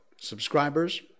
subscribers